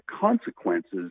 consequences